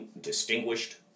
distinguished